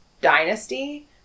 dynasty